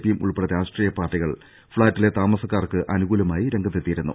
പിയും ഉൾപ്പെടെ രാഷ്ട്രീയപാർട്ടികൾ ഫ്ളാറ്റിലെ താമസക്കാർക്ക് അനുകൂല മായി രംഗത്തെത്തിയിരുന്നു